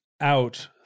out